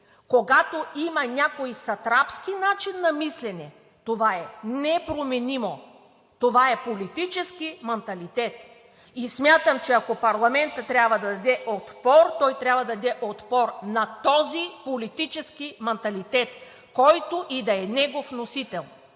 когато има някой сатрапски начин на мислене, това е непроменимо, това е политически манталитет. И смятам, че, ако парламентът трябва да даде отпор, той трябва да даде отпор на този политически манталитет, който и да е негов вносител.